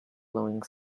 blowing